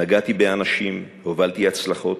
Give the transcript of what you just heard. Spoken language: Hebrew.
נגעתי באנשים, הובלתי הצלחות,